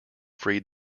freed